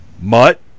Mutt